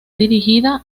dirigida